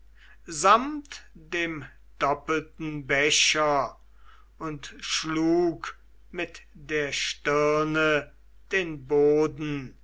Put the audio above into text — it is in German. samt dem doppelten becher und schlug mit der stirne den boden